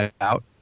out